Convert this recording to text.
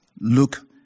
Luke